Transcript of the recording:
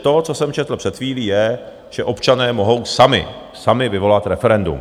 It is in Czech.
To, co jsem četl před chvílí, je, že občané mohou sami, sami vyvolat referendum.